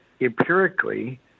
empirically